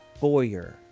Boyer